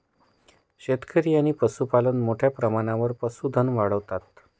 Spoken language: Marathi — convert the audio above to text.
शेतकरी आणि पशुपालक मोठ्या प्रमाणावर पशुधन वाढवतात